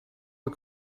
are